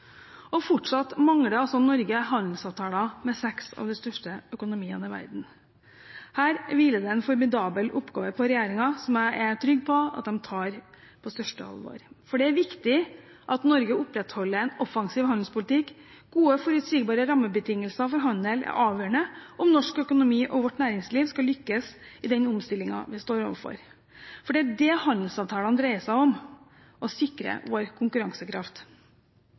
Fortsatt mangler altså Norge handelsavtaler med seks av de største økonomiene i verden. Her hviler det en formidabel oppgave på regjeringen, som jeg er trygg på at de tar på største alvor, for det er viktig at Norge opprettholder en offensiv handelspolitikk. Gode, forutsigbare rammebetingelser for handel er avgjørende om norsk økonomi og vårt næringsliv skal lykkes i den omstillingen vi står overfor. For det er det handelsavtalene dreier seg om: å sikre vår konkurransekraft.